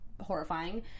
horrifying